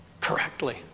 correctly